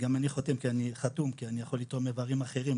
וגם אני חתום כי אני יכול לתרום איברים אחרים,